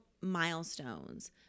milestones